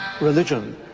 Religion